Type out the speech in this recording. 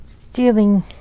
stealing